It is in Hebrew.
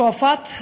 שועפאט,